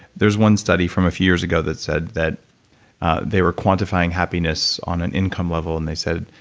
there's one study from a few years ago that said that they were quantifying happiness on an income level and they said,